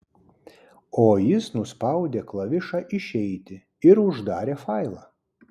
o jis nuspaudė klavišą išeiti ir uždarė failą